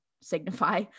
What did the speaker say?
signify